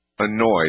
annoyed